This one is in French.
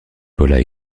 paula